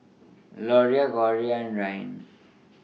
Liliana Gloria and Ryne